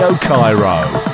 Cairo